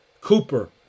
Cooper